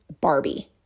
Barbie